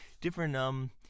different